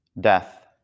death